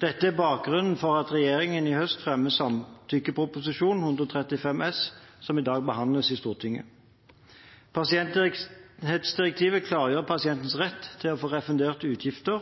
Dette er bakgrunnen for at regjeringen i høst fremmet en samtykkeproposisjon, Prop. 135 S for 2013–2014, som i dag skal behandles i Stortinget. Pasientrettighetsdirektivet klargjør pasienters rett til å få refundert utgifter